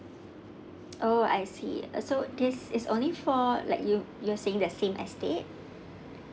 oh I see uh so this is only for like you you are saying that same estate